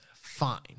fine